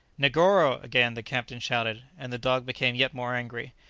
negoro! again the captain shouted, and the dog became yet more angry.